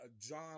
John